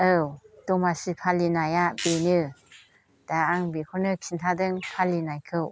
औ दमासि फालिनाया बेनो दा आं बेखौनो खिन्थादों फालिनायखौ